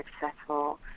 successful